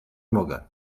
mogę